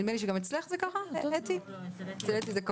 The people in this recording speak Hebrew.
בנוסח של אתי עטייה זה הוראת